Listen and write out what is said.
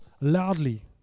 loudly